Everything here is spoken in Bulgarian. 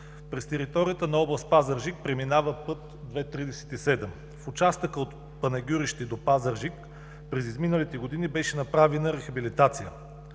през територията на Област Пазарджик преминава път II-37. В участъка от Панагюрище до Пазарджик през изминалите години беше направена рехабилитация.